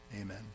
Amen